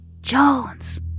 Jones